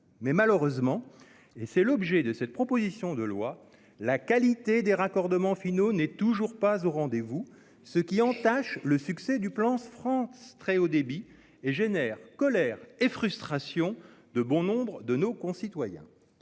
Malheureusement, et c'est l'objet de cette proposition de loi, la qualité des raccordements finaux n'est pas toujours au rendez-vous, ce qui entache le succès du plan France Très Haut Débit et génère la colère et la frustration de bon nombre de nos concitoyens.